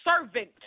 servant